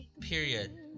Period